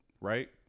right